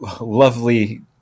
lovely